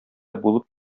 булып